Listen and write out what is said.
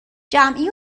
جمعی